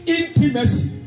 intimacy